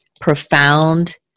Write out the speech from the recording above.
profound